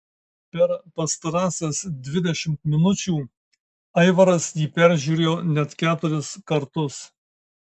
per pastarąsias dvidešimt minučių aivaras jį peržiūrėjo net keturis kartus